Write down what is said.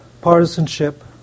partisanship